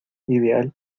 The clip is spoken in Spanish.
ideal